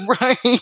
right